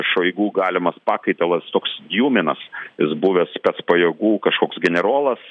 šoigu galimas pakaitalas toks juminas jis buvęs spec pajėgų kažkoks generolas